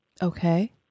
Okay